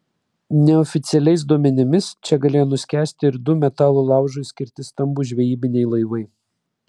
neoficialiais duomenimis čia galėjo nuskęsti ir du metalo laužui skirti stambūs žvejybiniai laivai